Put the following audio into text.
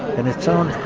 and it sounds